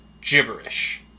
gibberish